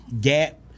gap